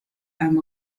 einem